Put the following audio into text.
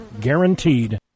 Guaranteed